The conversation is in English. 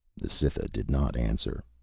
the cytha did not answer.